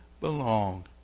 belong